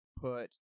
put